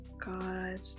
god